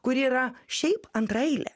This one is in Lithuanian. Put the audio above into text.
kuri yra šiaip antraeilė